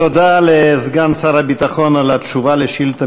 תודה לסגן שר הביטחון על התשובה על שאילתה